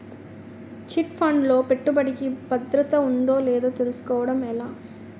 Chit fund లో పెట్టుబడికి భద్రత ఉందో లేదో తెలుసుకోవటం ఎలా?